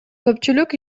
көпчүлүк